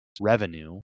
revenue